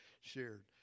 shared